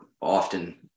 often